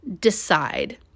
decide